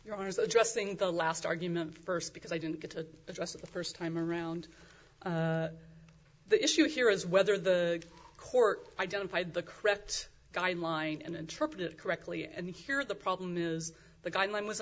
your honor is addressing the last argument first because i didn't get to address it the first time around the issue here is whether the court identified the correct guideline and interpret it correctly and here the problem is the guideline w